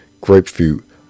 grapefruit